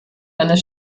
eines